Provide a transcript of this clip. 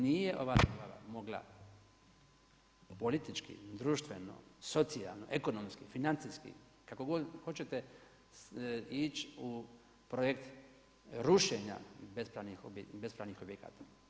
Nije ova država mogla politički, društveno, socijalno, ekonomski, financijski, kako god hoćete, ići u projekt rušenja bespravnih objekata.